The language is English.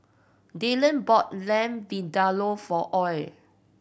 Dylan bought Lamb Vindaloo for Ole